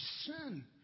sin